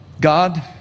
God